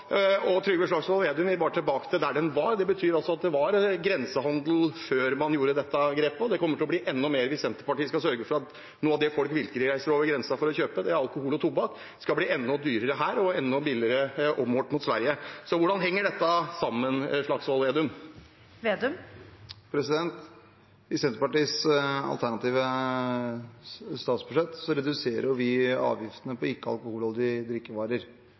det kommer til å bli enda mer grensehandel hvis Senterpartiet skal sørge for at noe av det folk virkelig reiser over grensa for å kjøpe, alkohol og tobakk, blir enda dyrere her målt mot Sverige. Så hvordan henger dette sammen, Slagsvold Vedum? I Senterpartiets alternative statsbudsjett reduserer vi avgiftene på ikke-alkoholholdige drikkevarer,